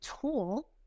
tool